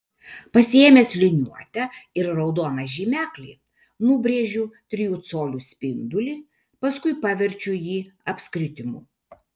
pasiėmęs liniuotę ir raudoną žymeklį nubrėžiu trijų colių spindulį paskui paverčiu jį apskritimu